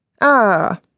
Ah